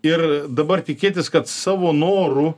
ir dabar tikėtis kad savo noru